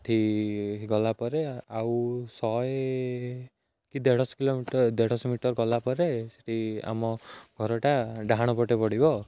ସେଠି ଗଲା ପରେ ଆଉ ଶହେ କି ଦେଢ଼ ଶହ କିଲୋମିଟର ଦେଢ଼ ଶହ ମିଟର ଗଲା ପରେ ସେଠି ଆମ ଘରଟା ଡାହାଣ ପଟେ ପଡ଼ିବ